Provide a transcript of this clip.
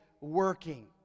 working